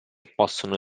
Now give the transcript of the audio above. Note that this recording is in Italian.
possono